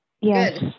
Yes